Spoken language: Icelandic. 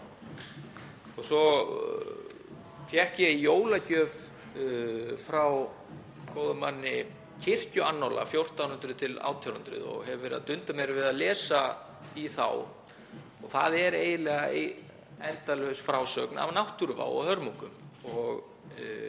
Svo fékk ég í jólagjöf frá góðum manni kirkjuannála 1400–1800 og hef verið að dunda mér við að lesa þá og það er eiginlega endalaus frásögn af náttúruvá og hörmungum.